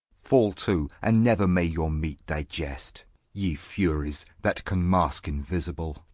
fall to, and never may your meat digest ye furies, that can mask invisible,